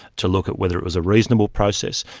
to look at whether it was a reasonable process,